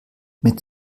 mit